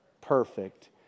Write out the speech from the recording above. perfect